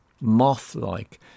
moth-like